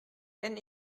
wenn